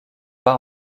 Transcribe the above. pas